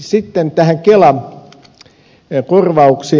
sitten näihin kelakorvauksiin